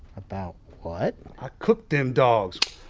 about what? i cooked them dogs!